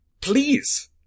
please